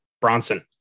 Bronson